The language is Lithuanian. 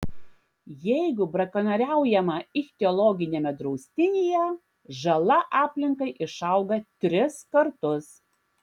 jeigu brakonieriaujama ichtiologiniame draustinyje žala aplinkai išauga tris kartus